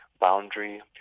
boundary